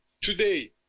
today